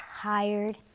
tired